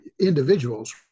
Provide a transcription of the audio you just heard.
individuals